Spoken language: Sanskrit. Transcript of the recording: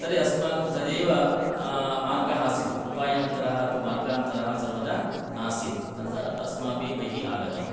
तर्हि अस्माकं तदेव मार्गः आसीत् उपायन्तरः तु मार्गान्तरः सर्वदा नासीत् तत् अस्माभिः बहिः आगतम्